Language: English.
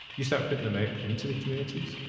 you start putting them out into the communities,